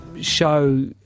show